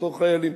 בתור חיילים.